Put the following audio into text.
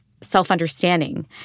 self-understanding